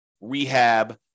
rehab